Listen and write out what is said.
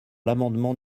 l’amendement